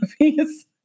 movies